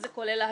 זה כולל להט"ב?